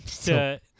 to-